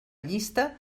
llista